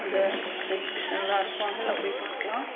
அந்த எக்ஸ்பிஷன்லாம் இருக்கும் அங்கேல்லாம் போய் பார்க்கலாம்